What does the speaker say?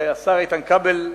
שהשר איתן כבל,